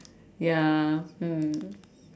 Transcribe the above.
ya mm